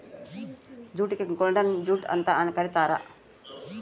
ಜೂಟಿಗೆ golden jute ಅಂತ ಕರೀತಾರ